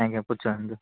ଆଜ୍ଞା ପଚାରନ୍ତୁ